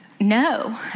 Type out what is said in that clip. no